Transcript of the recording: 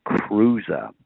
Cruiser